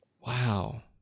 Wow